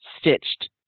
stitched